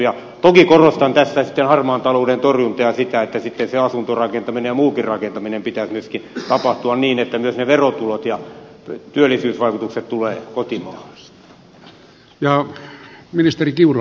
toki korostan tässä harmaan talouden torjuntaa ja sitä että sitten sen asuntorakentamisen ja muunkin rakentamisen pitäisi myöskin tapahtua niin että ne verotulot ja työllisyysvaikutukset tulevat kotimaahan